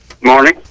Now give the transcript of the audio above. Morning